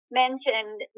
mentioned